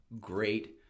great